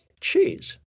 cheese